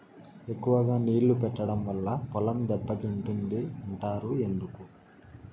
ఎక్కువగా నీళ్లు పెట్టడం వల్ల పొలం దెబ్బతింటుంది అంటారు ఎందుకు?